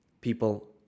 people